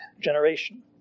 generation